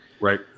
right